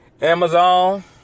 Amazon